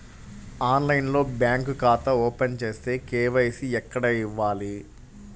ఆన్లైన్లో బ్యాంకు ఖాతా ఓపెన్ చేస్తే, కే.వై.సి ఎక్కడ ఇవ్వాలి?